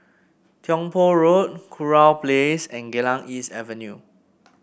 Tiong Poh Road Kurau Place and Geylang East Avenue